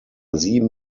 sieben